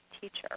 teacher